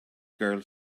girl